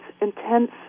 intense